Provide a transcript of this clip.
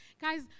Guys